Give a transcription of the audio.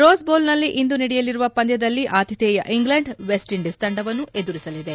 rose ಬೌಲ್ನಲ್ಲಿ ಇಂದು ನಡೆಯಲಿರುವ ಪಂದ್ಯದಲ್ಲಿ ಅತಿಥೇಯ ಇಂಗ್ಲೆಂಡ್ ವೆಸ್ಟ್ ಇಂಡೀಸ್ ತಂಡವನ್ನು ಎದುರಿಸಲಿದೆ